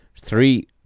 three